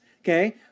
okay